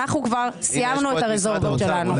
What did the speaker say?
אנחנו כבר סיימנו את הרזרבות שלנו.